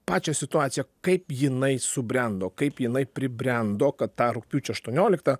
pačią situaciją kaip jinai subrendo kaip jinai pribrendo kad tą rugpjūčio aštuonioliktą